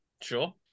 sure